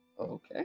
Okay